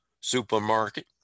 supermarket